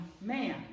man